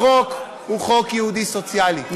החוק הוא חוק יהודי סוציאלי, כל יום שבת.